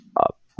up